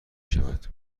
شود